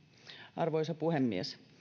arvoisa puhemies